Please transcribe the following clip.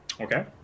Okay